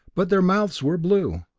but their mouths were blue.